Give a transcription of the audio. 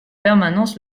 permanence